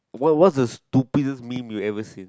what what's the stupidest meme you ever seen